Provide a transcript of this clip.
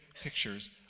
pictures